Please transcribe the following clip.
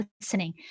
listening